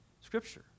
Scripture